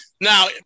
Now